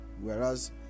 whereas